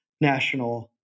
national